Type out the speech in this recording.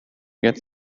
get